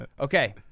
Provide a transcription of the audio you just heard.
Okay